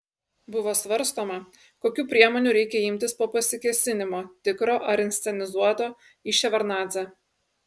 buvo svarstoma kokių priemonių reikia imtis po pasikėsinimo tikro ar inscenizuoto į ševardnadzę